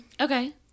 Okay